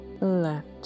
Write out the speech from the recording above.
left